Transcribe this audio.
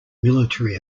military